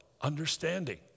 understanding